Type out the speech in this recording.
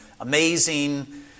amazing